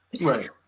Right